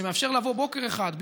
שמאפשר לבוא בוקר אחד,